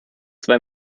zwei